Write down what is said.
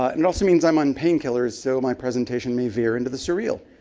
ah it and also means i'm on painkillers, so my presentation may veer into the surreal.